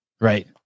Right